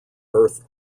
earth